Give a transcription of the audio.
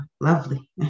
lovely